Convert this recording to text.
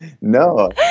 No